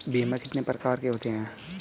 बीमा कितने प्रकार के होते हैं?